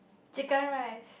Chicken Rice